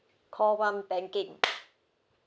call one banking